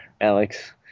alex